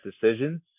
decisions